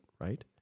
Right